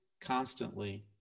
constantly